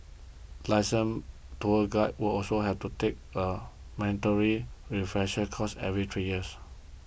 licensed tour guides will also have to take a mandatory refresher course every three years